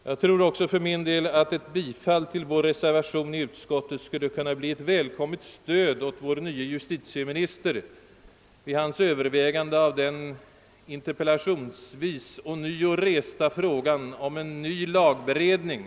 Jag tror för min del också att ett bifall till vår reservation skulle kunna bli ett välkommet stöd för vår nye justitieminister vid hans övervägande av den interpellationsvis ånyo resta frågan om en ny lagberedning.